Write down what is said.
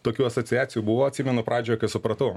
tokių asociacijų buvo atsimenu pradžioj kai supratau